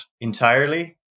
entirely